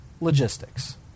logistics